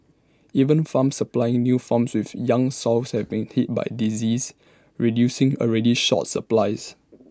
even farms supplying new farms with young sows have been hit by disease reducing already short supplies